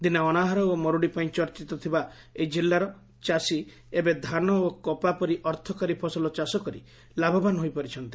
ଦିନେ ଅନାହାର ଓ ମରୁଡି ପାଇଁ ଚର୍ଚିତ ଥିବା ଏହି ଜିଲ୍ଲାର ଚାଷୀ ଏବେ ଧାନ ଓ କପା ପରି ଅର୍ଥକରୀ ଫସଲ ଚାଷ କରି ଲାଭବାନ୍ ହୋଇପାରିଛନ୍ତି